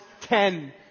ten